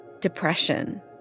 depression